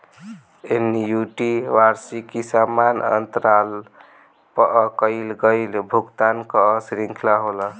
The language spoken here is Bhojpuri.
एन्युटी वार्षिकी समान अंतराल पअ कईल गईल भुगतान कअ श्रृंखला होला